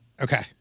Okay